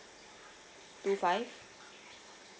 two five